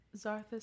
Zarthus